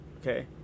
okay